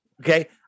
Okay